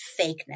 fakeness